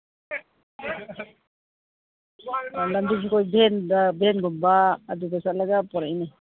ꯑꯥ ꯂꯝꯕꯤꯁꯦ ꯑꯩꯈꯣꯏ ꯚꯦꯟꯗ ꯚꯦꯟꯒꯨꯝꯕ ꯑꯗꯨꯗ ꯆꯠꯂꯒ ꯄꯣꯔꯛꯏꯅꯦ